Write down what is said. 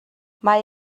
mae